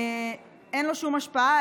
אין שום השפעה,